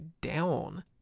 down